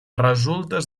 resultes